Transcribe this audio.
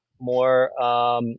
more